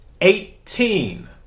Eighteen